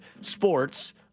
sports